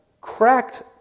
cracked